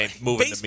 moving